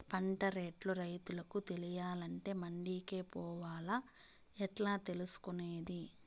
పంట రేట్లు రైతుకు తెలియాలంటే మండి కే పోవాలా? ఎట్లా తెలుసుకొనేది?